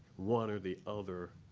one or the other